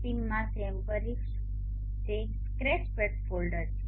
સીમમાં સેવ કરીશ તે સ્ક્રેચપેડ ફોલ્ડર છે